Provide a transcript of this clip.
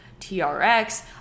TRX